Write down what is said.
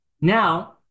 Now